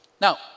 Now